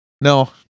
no